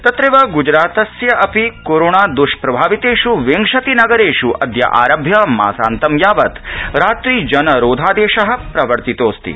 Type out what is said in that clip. तत्रैव गुजरातस्य अपि कोरोनाद्ष्प्रभावितेष् विंशतिनगरेष् अद्य आरभ्य मासान्तं यावत् रात्रिजनरोधादेश प्रवर्तित अस्ति